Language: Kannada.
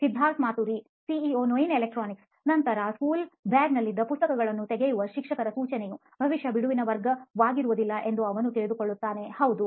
ಸಿದ್ಧಾರ್ಥ್ ಮಾತುರಿ ಸಿಇಒ ನೋಯಿನ್ ಎಲೆಕ್ಟ್ರಾನಿಕ್ಸ್ ನಂತರ ಸ್ಕೂಲ್ ಬ್ಯಾಗ್ ನಲ್ಲಿದ್ದ ಪುಸ್ತಕಗಳನ್ನೂ ತೆಗೆಯುವ ಶಿಕ್ಷಕರ ಸೂಚನೆಯು ಬಹುಶಃ ಬಿಡುವಿನ ವರ್ಗವಾಗುವುದಿಲ್ಲ ಎಂದು ಅವನು ತಿಳಿದುಕೊಳ್ಳುತ್ತಾನೆ ಹೌದು